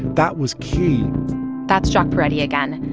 that was key that's jacques peretti again.